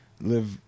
live